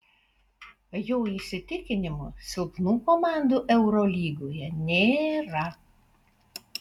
jo įsitikinimu silpnų komandų eurolygoje nėra